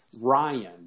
Ryan